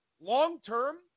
long-term